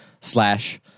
slash